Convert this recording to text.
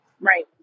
Right